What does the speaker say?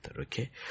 Okay